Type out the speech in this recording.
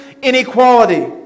Inequality